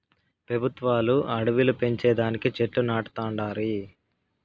పెబుత్వాలు అడివిలు పెంచే దానికి చెట్లు నాటతండాయి